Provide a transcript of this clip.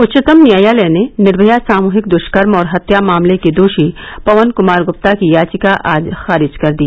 उच्चतम न्यायालय ने निर्भया सामूहिक दुष्कर्म और हत्या मामले के दोषी पवन कुमार गुप्ता की याचिका आज खारिज कर दी